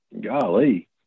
golly